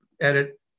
edit